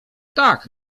tak